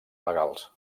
legals